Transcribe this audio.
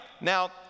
Now